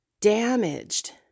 damaged